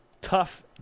Tough